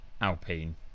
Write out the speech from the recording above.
alpine